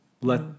let